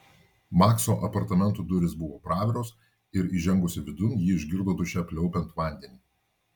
makso apartamentų durys buvo praviros ir įžengusi vidun ji išgirdo duše pliaupiant vandenį